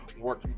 work